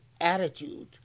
attitude